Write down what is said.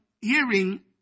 hearing